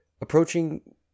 approaching